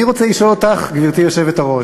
אני רוצה לשאול אותך, גברתי היושבת-ראש,